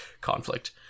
conflict